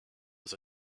was